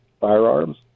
firearms